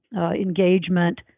engagement